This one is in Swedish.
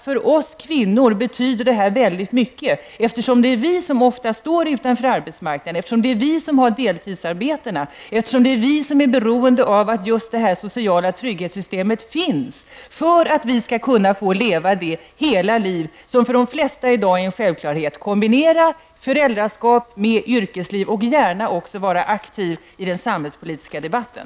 För oss kvinnor betyder det väldigt mycket, eftersom det ofta är vi som står utanför arbetsmarknaden, eftersom det är vi som har deltidsarbetena, eftersom det är vi som är beroende av att just det sociala trygghetssystemet finns, för att vi skall kunna få leva det hela liv som för de flesta i dag är en självklarhet och kunna kombinera föräldraskap med yrkesliv och gärna också vara aktiva i den samhällspolitiska debatten.